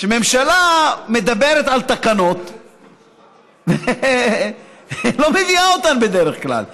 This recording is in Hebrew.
שהממשלה מדברת על תקנות ולא מביאה אותן בדרך כלל.